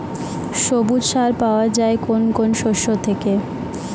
সবুজ সার পাওয়া যায় কোন কোন শস্য থেকে?